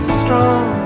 strong